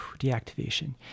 deactivation